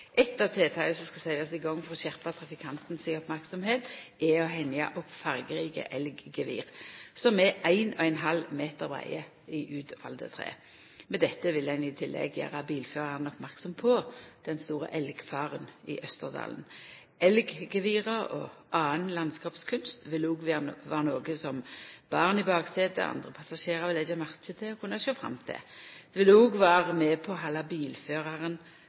av tiltaka som skal setjast i gang for å skjerpa trafikantane si merksemd, er å hengja opp fargerike elggevir som er 1,5 m breie, i utvalde tre. Med dette vil ein i tillegg gjera bilføraren merksam på den store elgfaren i Østerdalen. Elggevira og annan landskapskunst vil òg vera noko som barn i baksetet og andre passasjerar vil leggja merke til og kunna sjå fram til. Det vil òg vera med på å halda bilføraren